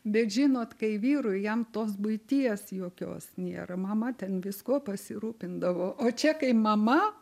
bet žinot kai vyrui jam tos buities jokios nėra mama ten viskuo pasirūpindavo o čia kai mama